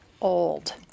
old